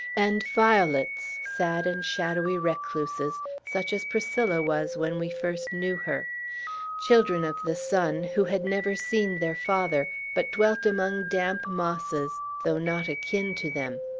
and violets, sad and shadowy recluses, such as priscilla was when we first knew her children of the sun, who had never seen their father, but dwelt among damp mosses, though not akin to them.